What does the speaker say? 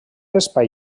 espai